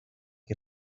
qui